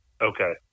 Okay